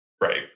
Right